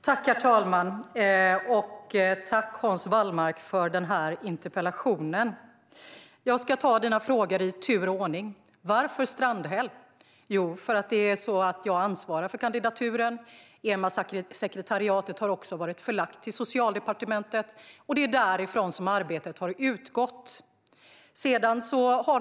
Herr talman! Tack, Hans Wallmark, för interpellationen! Jag ska ta dina frågor i tur och ordning. Varför Strandhäll? Jo, därför att jag ansvarar för kandidaturen. EMAsekretariatet har också varit förlagt till Socialdepartementet, och det är därifrån som arbetet har utgått.